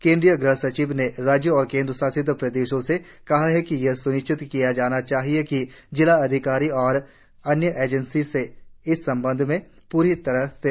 केंद्रीय गृह सचिव ने राज्यों और केन्द्रशासित प्रदेशों से कहा कि यह स्निश्चित किया जाना चाहिए कि जिला अधिकारी और अन्य एजेंसी इस संबंध में पूरी तरह से अवगत हों